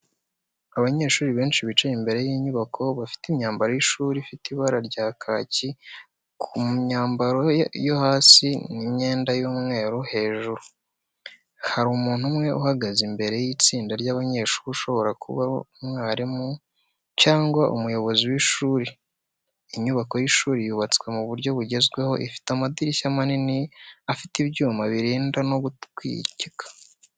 Abanyeshuri benshi bicaye imbere y’inyubako y’ishuri, bafite imyambaro y’ishuri ifite ibara rya kaki ku myambaro yo hasi n’imyenda y’umweru hejuru. Hari umuntu umwe uhagaze imbere y’itsinda ry’abanyeshuri ushobora kuba umwarimu cyangwa umuyobozi w’ishuri. Inyubako y’ishuri yubatswe mu buryo bugezweho ifite amadirishya manini afite ibyuma birinda no gutwika.